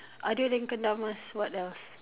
other than kendamas what else